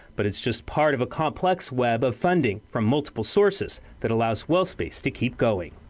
but it's just part of a complex web of funding from multiple sources that allows wellspace to keep going.